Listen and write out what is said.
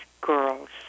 girls